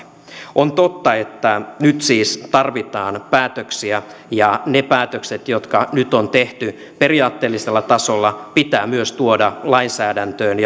on totta että nyt siis tarvitaan päätöksiä ja ne päätökset jotka nyt on tehty periaatteellisella tasolla pitää myös tuoda lainsäädäntöön